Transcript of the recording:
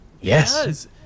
Yes